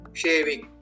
shaving